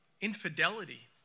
infidelity